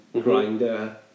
grinder